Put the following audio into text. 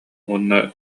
уонна